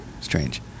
strange